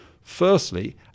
Firstly